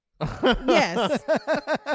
Yes